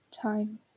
Time